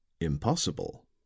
Impossible